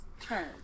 turn